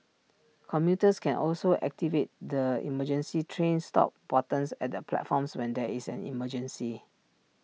commuters can also activate the emergency train stop buttons at the platforms when there is an emergency